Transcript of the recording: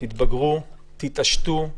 תתבגרו, תתעשתו.